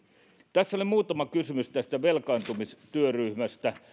tässä oli muutama kysymys velkaantumistyöryhmästä